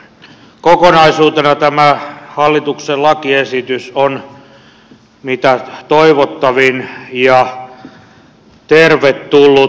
kokonaisuutena tämä hallituksen lakiesitys on mitä toivottavin ja tervetullut